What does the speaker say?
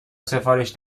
سفارش